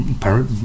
parrot